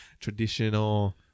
traditional